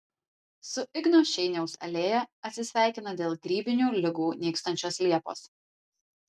su igno šeiniaus alėja atsisveikina dėl grybinių ligų nykstančios liepos